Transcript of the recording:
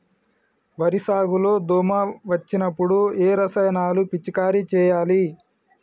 వరి సాగు లో దోమ వచ్చినప్పుడు ఏ రసాయనాలు పిచికారీ చేయాలి?